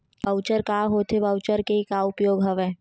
Voucher का होथे voucher के का उपयोग हवय?